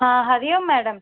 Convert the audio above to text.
हा हरिओम मैडम